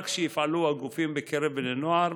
רק שיפעלו הגופים בקרב בני הנוער,